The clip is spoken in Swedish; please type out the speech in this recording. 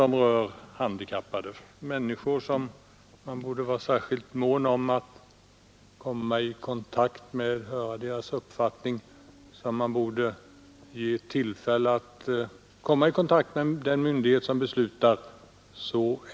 Man borde vara särskilt mån om att höra de handikappades uppfattning och ge dem tillfälle att så enkelt som möjligt komma i kontakt med den myndighet som beslutar.